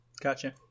Gotcha